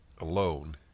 alone